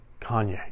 Kanye